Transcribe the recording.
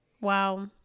wow